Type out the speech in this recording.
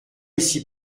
ici